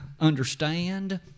understand